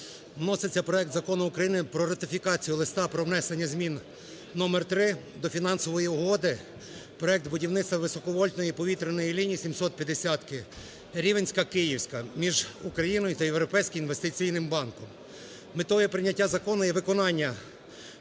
вноситься проект Закону України про ратифікацію Листа про внесення змін № 3 до Фінансової угоди (Проект будівництва високовольтної повітряної лінії сімсотп'ятдесятки Рівненська - Київська) між Україною та Європейським інвестиційним банком. Метою прийняття закону є виконання